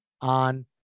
on